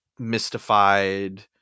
mystified